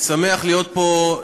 שמח להיות פה.